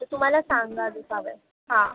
तसं मला सांगा आधी हवं आहे हां